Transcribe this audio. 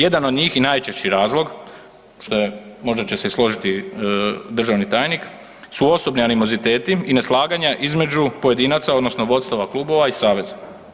Jedan od njih i najčešći razlog, što je možda će se složiti državni tajnik, su osobni animoziteti i neslaganje između pojedinaca odnosno vodstva klubova i saveza.